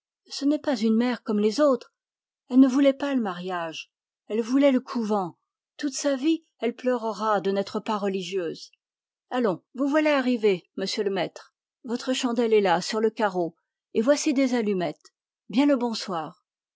ce n'est pas une mère comme les autres elle ne voulait pas le mariage elle voulait le couvent toute sa vie elle pleurera de n'être pas religieuse allons vous voilà arrivé monsieur le maître votre chandelle est là sur le carreau et voici des allumettes bien le bonsoir